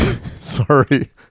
Sorry